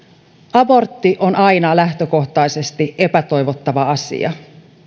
abortti on aina lähtökohtaisesti epätoivottava asia